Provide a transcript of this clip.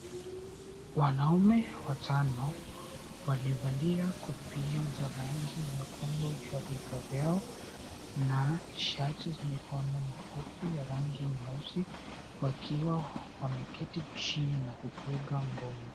Wanaume watano waliovalia kofia za rangi nyekundu juu ya vichwa vyao na shati za mikono mifupi ya rangi nyeusi wakiwa wameketi chini na kupiga ngoma.